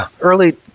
early